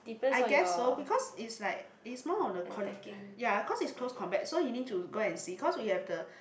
I guess so because it's like it's more on the con~ ya cause is close combat so he need to go and see cause we have the